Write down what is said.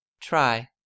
Try